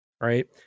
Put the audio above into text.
right